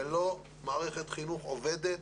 ללא מערכת חינוך עובדת,